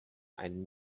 einen